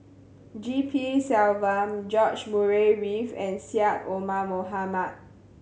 G P Selvam George Murray Reith and Syed Omar Mohamed